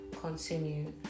continue